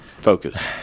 Focus